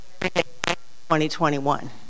2021